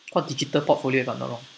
called digital portfolio if I'm not wrong